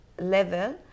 level